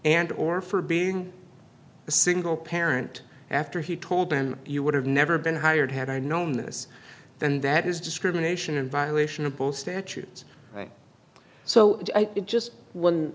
and or for being a single parent after he told them you would have never been hired had i known this then that is discrimination in violation of both statutes so just one